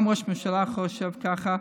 גם ראש הממשלה חושב ככה.